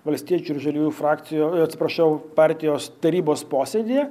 valstiečių ir žaliųjų frakcijo atsiprašau partijos tarybos posėdyje